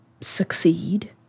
succeed